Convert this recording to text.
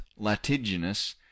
latiginous